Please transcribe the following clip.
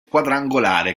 quadrangolare